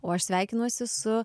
o aš sveikinuosi su